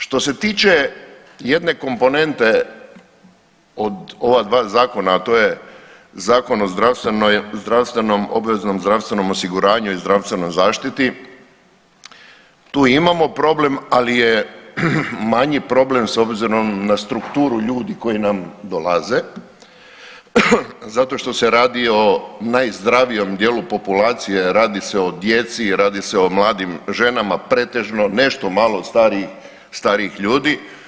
Što se tiče jedne komponente od ova dva zakona, a to je Zakon o zdravstvenom, obveznom zdravstvenom osiguranju i zdravstvenoj zaštiti, tu imamo problem, ali je manji problem s obzirom na strukturu ljudi koji nam dolaze, zato što se radi i najzdravijem dijelu populacije, radi se o djeci i radi se o mladim ženama pretežno, nešto malo starijih ljudi.